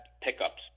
pickups